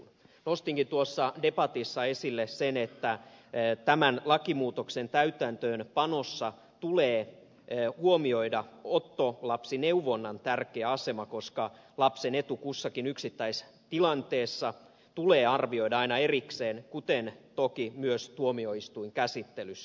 nostinkin tuossa debatissa esille sen että tämän lakimuutoksen täytäntöönpanossa tulee huomioida ottolapsineuvonnan tärkeä asema koska lapsen etu kussakin yksittäistilanteessa tulee arvioida aina erikseen kuten toki myös tuomioistuinkäsittelyssä